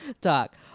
talk